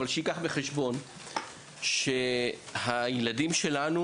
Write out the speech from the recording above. אבל שיביא בחשבון שהילדים שלנו